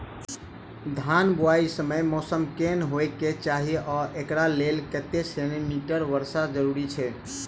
धान बुआई समय मौसम केहन होइ केँ चाहि आ एकरा लेल कतेक सँ मी वर्षा जरूरी छै?